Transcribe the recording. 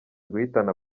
guhitana